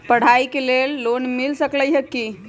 पढाई के लेल लोन मिल सकलई ह की?